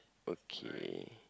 okay